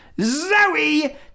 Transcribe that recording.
Zoe